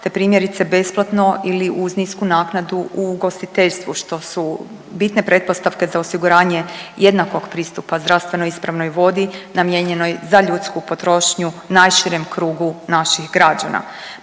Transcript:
te primjerice besplatno ili uz nisku naknadu u ugostiteljstvu što su bitne pretpostavke za osiguranje jednakog pristupa zdravstveno ispravnoj vodi namijenjenoj za ljudsku potrošnju najširem krugu naših građana.